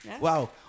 Wow